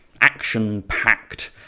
action-packed